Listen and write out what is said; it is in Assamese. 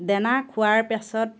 দানা খোৱাৰ পাছত